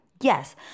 Yes